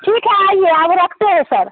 ठीक है आइए अब रखते हैं सर